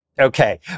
Okay